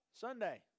Sunday